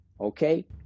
okay